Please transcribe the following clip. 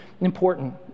important